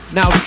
now